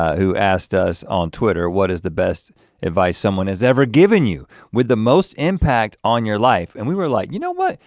who asked us on twitter, what is the best advice someone has ever given you? with the most impact on your life. and we were like, you know what?